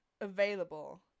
available